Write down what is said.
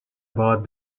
about